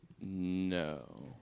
No